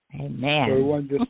Amen